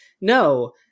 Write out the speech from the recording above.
no